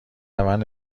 روند